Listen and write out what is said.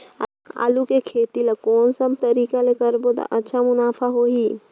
आलू खेती ला कोन सा तरीका ले करबो त अच्छा मुनाफा होही?